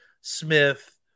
Smith